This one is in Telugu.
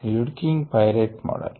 ల్యూడికింగ్ పైరేట్ మోడల్